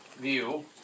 view